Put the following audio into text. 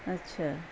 اچھا